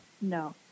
no